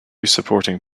supporting